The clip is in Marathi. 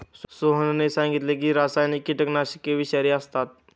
सोहनने सांगितले की रासायनिक कीटकनाशके विषारी असतात